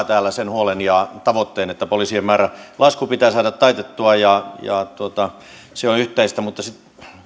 täällä sen huolen ja tavoitteen että poliisien määrän lasku pitää saada taitettua ja se on yhteistä mutta